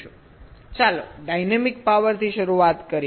ચાલો ડાયનેમિક પાવરથી શરૂઆત કરીએ